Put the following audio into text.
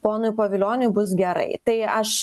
ponui povilioniui bus gerai tai aš